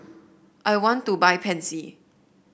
I want to buy Pansy